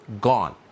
gone